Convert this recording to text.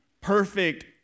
perfect